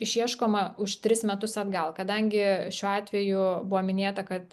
išieškoma už tris metus atgal kadangi šiuo atveju buvo minėta kad